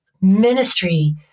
Ministry